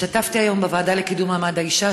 השתתפתי היום בישיבה בוועדה לקידום מעמד האישה